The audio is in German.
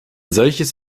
solches